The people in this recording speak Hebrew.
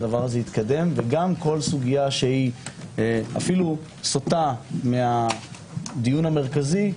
יתקדם וגם כל סוגיה שהיא אפילו סוטה מהדיון המרכזי,